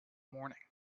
morning